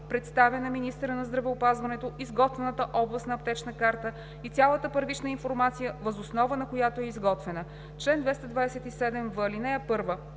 представя на министъра на здравеопазването изготвената областна аптечна карта и цялата първична информация въз основа, на която е изготвена. Чл. 227в.